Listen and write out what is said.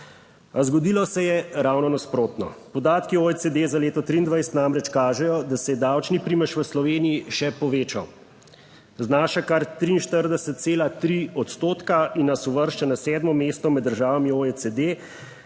Zgodilo se je, ravno nasprotno. Podatki OECD za leto 2023 namreč kažejo, da se je davčni primež v Sloveniji še povečal. Znaša kar 43,3 odstotka in nas uvršča na sedmo mesto med državami OECD,